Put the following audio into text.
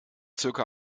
circa